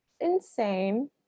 insane